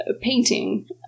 painting